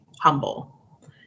humble